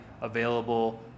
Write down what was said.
available